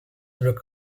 broke